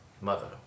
mother